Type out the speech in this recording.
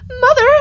Mother